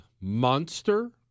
monster